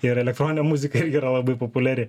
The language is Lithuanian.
ir elektroninė muzika irgi yra labai populiari